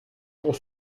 pour